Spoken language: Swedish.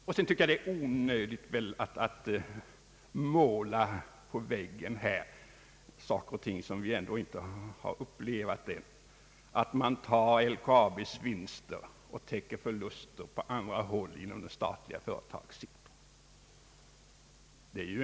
I övrigt tycker jag att det är onödigt att måla på väggen saker och ting som vi inte upplevat — exempelvis att man skulle ta av LKAB:s vinster för att täcka förluster på andra håll inom den statliga företagsamheten.